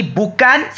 bukan